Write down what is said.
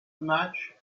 matchs